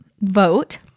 vote